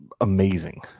amazing